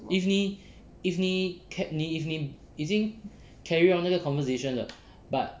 if 你 if 你 car~ if 你已经 carry on 那个 conversation 了 but